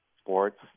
sports